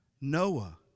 Noah